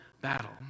battle